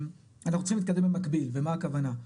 שאנחנו צריכים להתקדם במקביל, ומה הכוונה?